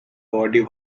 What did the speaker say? body